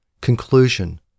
Conclusion